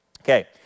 Okay